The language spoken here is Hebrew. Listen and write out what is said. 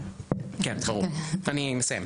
כן ברור אני מסיים.